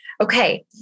Okay